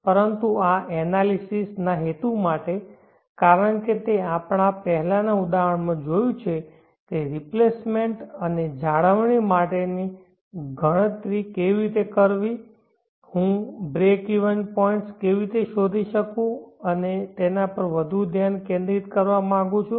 પરંતુ આ એનાલિસિસ ના હેતુ માટે કારણ કે આપણે પહેલાનાં ઉદાહરણોમાં જોયું છે કે રિપ્લેસમેન્ટ અને જાળવણી માટેની ગણતરી કેવી રીતે કરવી હું બ્રેકઇવન પોઇન્ટ્સ કેવી રીતે શોધી શકું તેના પર વધુ ધ્યાન કેન્દ્રિત કરવા માંગુ છું